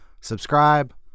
Subscribe